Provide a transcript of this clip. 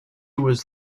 was